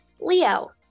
Leo